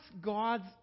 God's